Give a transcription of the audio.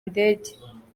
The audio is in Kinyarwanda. indege